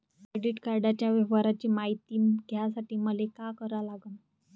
Credit कार्डाच्या व्यवहाराची मायती घ्यासाठी मले का करा लागन?